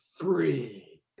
three